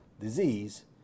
disease